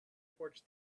towards